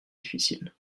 difficile